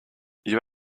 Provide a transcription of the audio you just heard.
you